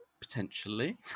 Potentially